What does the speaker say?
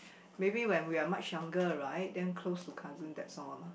maybe when we're much younger right then close to cousin that's all lah